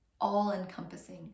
all-encompassing